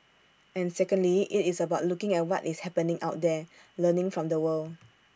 and secondly IT is about looking at what is happening out there learning from the world